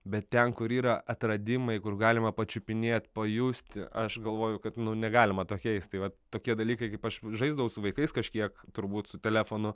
bet ten kur yra atradimai kur galima pačiupinėt pajusti aš galvoju kad nu negalima tokiais tai vat tokie dalykai kaip aš žaisdavau su vaikais kažkiek turbūt su telefonu